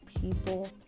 people